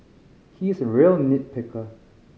he is a real nit picker